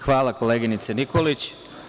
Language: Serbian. Hvala, koleginice Nikolić.